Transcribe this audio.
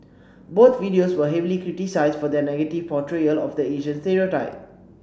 both videos were heavily criticised for their negative portrayal of the Asian stereotype